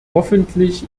hoffentlich